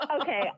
Okay